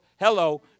Hello